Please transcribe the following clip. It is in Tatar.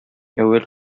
әүвәл